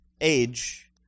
age